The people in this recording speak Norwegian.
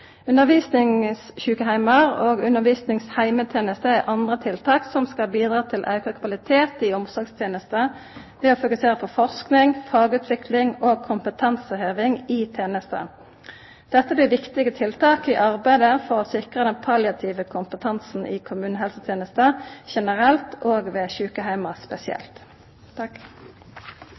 dagar. Undervisningssjukeheimar og undervisningsheimetenester er andre tiltak som skal bidra til auka kvalitet i omsorgstenesta, ved å fokusera på forsking, fagutvikling og kompetanseheving i tenesta. Dette blir viktige tiltak i arbeidet for å sikra den palliative kompetansen i kommunehelsetenesta generelt, og ved sjukeheimar spesielt.